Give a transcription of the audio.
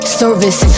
service